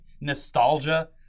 nostalgia